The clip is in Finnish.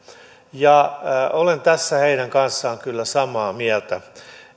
ja olen tässä heidän kanssaan kyllä samaa mieltä